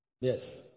Yes